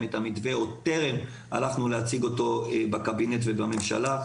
את המתווה עוד טרם שהצגנו אותו בקבינט ובממשלה.